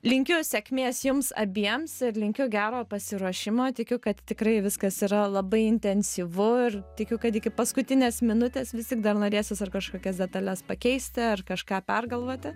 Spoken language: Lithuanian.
linkiu sėkmės jums abiems ir linkiu gero pasiruošimo tikiu kad tikrai viskas yra labai intensyvu ir tikiu kad iki paskutinės minutės vis tik dar norėsis ar kažkokias detales pakeisti ar kažką pergalvoti